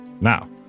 Now